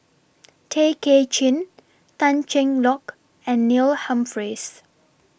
Tay Kay Chin Tan Cheng Lock and Neil Humphreys